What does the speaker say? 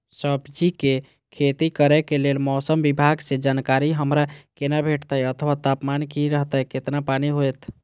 सब्जीके खेती करे के लेल मौसम विभाग सँ जानकारी हमरा केना भेटैत अथवा तापमान की रहैत केतना पानी होयत?